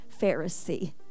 Pharisee